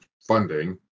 funding